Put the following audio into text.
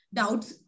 doubts